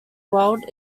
world